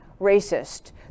racist